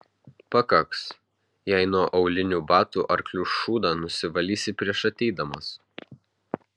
pakaks jei nuo aulinių batų arklių šūdą nusivalysi prieš ateidamas